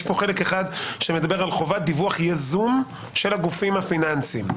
יש פה חלק אחד שמדבר על חובת דיווח יזום של הגופים הפיננסים,